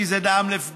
כי יש בזה טעם לפגם,